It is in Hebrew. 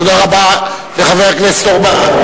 תודה רבה לחבר הכנסת אורבך.